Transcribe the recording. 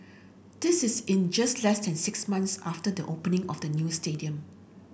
this is in just less than six months after the opening of the new stadium